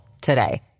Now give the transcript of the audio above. today